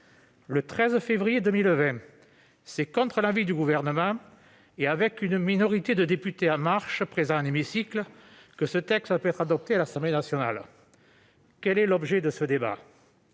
Le 13 février 2020, c'est contre l'avis du Gouvernement, et avec une minorité de députés En Marche ! présents dans l'hémicycle, que ce texte a pu être adopté à l'Assemblée nationale. Quel est l'objet de ce débat ?